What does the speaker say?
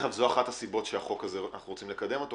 זו אחת הסיבות שאנחנו רוצים קדם את החוק הזה,